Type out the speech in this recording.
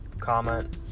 comment